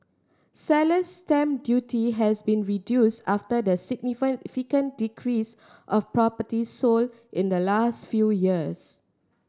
seller's stamp duty has been reduced after the decrease of properties sold in the last few years